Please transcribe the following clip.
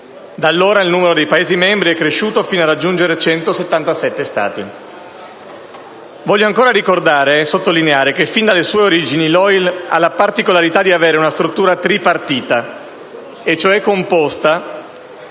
Da allora il numero dei Paesi membri è cresciuto fino a raggiungere 177 Stati. Voglio ancora ricordare e sottolineare che, fin dalle sue origini, l'OIL ha la particolarità di avere una struttura «tripartita»: è cioè composta